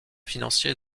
financiers